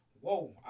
Whoa